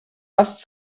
was